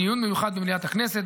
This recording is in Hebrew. בדיון מיוחד במליאת הכנסת,